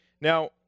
Now